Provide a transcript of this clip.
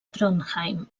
trondheim